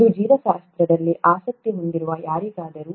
ಇದು ಜೀವಶಾಸ್ತ್ರದಲ್ಲಿ ಆಸಕ್ತಿ ಹೊಂದಿರುವ ಯಾರಿಗಾದರೂ